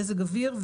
מזג האוויר,